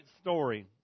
story